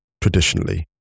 traditionally